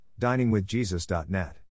diningwithjesus.net